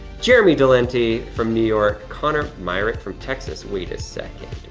jeremy delente from new york. connor myrick from texas, wait a second